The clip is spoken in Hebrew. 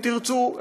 אם תרצו,